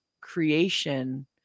creation